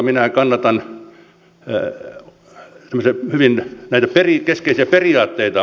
minä todella kannatan tämmöisiä hyvin keskeisiä periaatteita